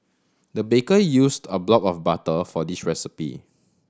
the baker used a block of butter for this recipe